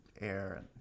air